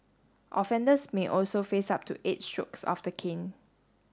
offenders may also face up to eight strokes of the cane